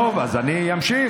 טוב, אז אני אמשיך.